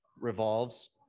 revolves